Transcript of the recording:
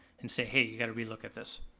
and say hey, you've gotta re look at this.